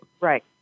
Right